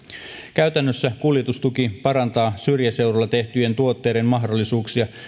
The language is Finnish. käytännössä kuljetustuki parantaa syrjäseudulla tehtyjen tuotteiden mahdollisuuksia